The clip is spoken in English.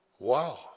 Wow